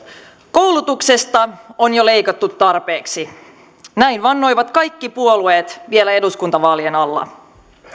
koulutuksesta on jo leikattu tarpeeksi näin vannoivat kaikki puolueet vielä eduskuntavaalien alla